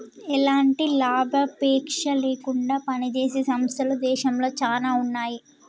ఎలాంటి లాభాపేక్ష లేకుండా పనిజేసే సంస్థలు దేశంలో చానా ఉన్నాయి